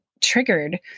triggered